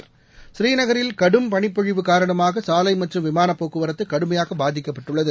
பூரீநகரில் கடும் பனிப்பொழிவு காரணமாக சாலை மற்றும் விமானப் போக்குவரத்து கடுமையாக பாதிக்கப்பட்டுள்ளது